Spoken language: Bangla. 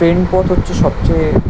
ট্রেন পথ হচ্ছে সবচেয়ে